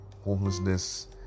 homelessness